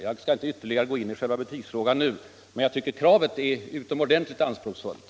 Jag skall nu inte gå in i själva betygsfrågan ytterligare, men jag tycker att kravet är utomordentligt anspråksfullt.